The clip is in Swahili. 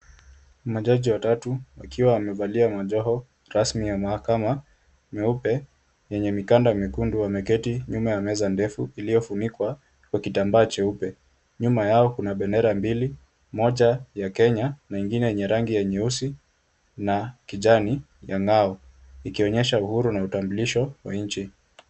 Majaji watatu wakiwa wamevalia majoho rasmi ya mahakama meupe yenye mikanda mekundu wameketi nyuma ya meza ndefu iliyofunikwa kwa kitambaa cheupe. Nyuma yao kuna bendera mbili, moja ya Kenya na ingine yenye rangi nyeusi na kijani ya ng'ao ikionyesha uhuru na utambuliisho wa nchi.